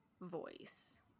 voice